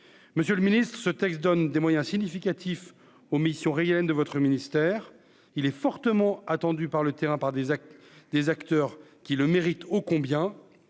monsieur le Ministre, ce texte donne des moyens significatifs aux missions régaliennes de votre ministère, il est fortement attendu par le terrain par des actes, des acteurs qui le mérite, oh combien